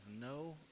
no